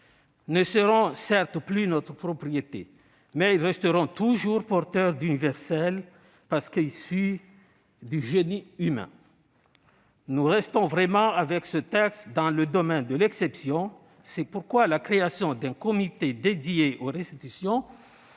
ne seront certes plus notre propriété, mais ils resteront toujours porteurs d'universel, parce qu'issus du génie humain. Nous restons vraiment, avec ce texte, dans le domaine de l'exception. C'est pourquoi la création d'un comité chargé d'émettre un